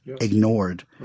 ignored